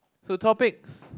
to topics